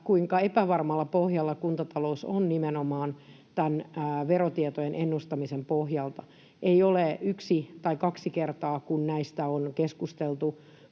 kuinka epävarmalla pohjalla kuntatalous on nimenomaan tämän verotietojen ennustamisen pohjalta. Ei ole yksi tai kaksi kertaa, kun näistä on keskusteltu